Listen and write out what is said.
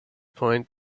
point